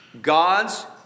God's